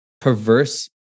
perverse